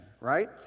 right